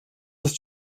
ist